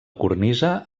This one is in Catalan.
cornisa